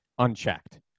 Unchecked